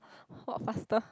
walk faster